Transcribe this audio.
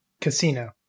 Casino